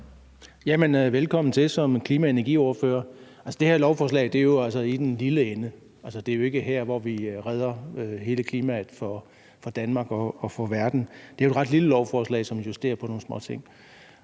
Velkommen til som klima- og energiordfører. Det her lovforslag er jo altså i den lille ende. Det er ikke med det, vi redder hele klimaet for Danmark og for verden. Det er et ret lille lovforslag, som justerer på nogle småting,